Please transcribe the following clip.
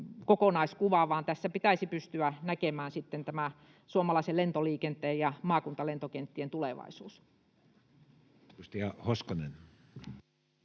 tässä pitäisi pystyä näkemään suomalaisen lentoliikenteen ja maakuntalentokenttien tulevaisuus.